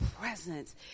presence